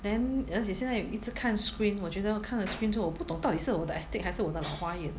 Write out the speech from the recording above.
then 而且现在一直看 screen 我觉得看了 screen 之后我不懂到底是我的 astig 还是我的老花眼